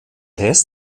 rest